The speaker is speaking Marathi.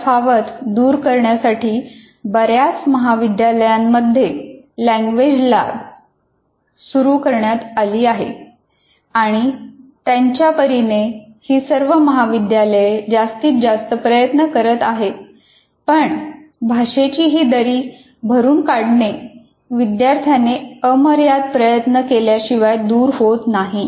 ही तफावत दूर करण्यासाठी बऱ्याच महाविद्यालयांमध्ये लैंग्वेज लॅब सुरू करण्यात आले आहेत आणि त्यांच्या परीने ही सर्व महाविद्यालये जास्तीत जास्त प्रयत्न करत आहेत पण भाषेची ही दरी भरून काढणे विद्यार्थ्याने अमर्याद प्रयत्न केल्याशिवाय दूर होत नाही